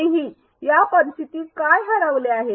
तरीही या परिस्थितीत काय हरवले आहे